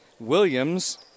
Williams